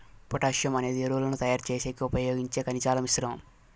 potassium అనేది ఎరువులను తయారు చేసేకి ఉపయోగించే ఖనిజాల మిశ్రమం